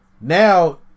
Now